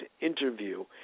interview